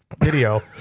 video